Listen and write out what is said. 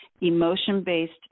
emotion-based